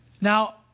Now